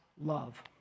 love